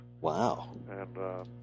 Wow